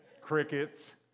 Crickets